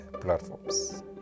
platforms